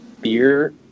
beer